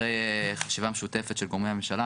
אחרי חשיבה משותפת של גורמי הממשלה,